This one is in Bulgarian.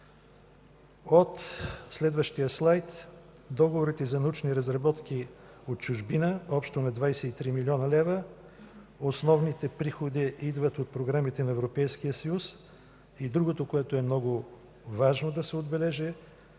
– това са договорите за научни разработки от чужбина – общо на 23 млн. лв., основните приходи идват от програмите на Европейския съюз. Другото, което е много важно да се отбележи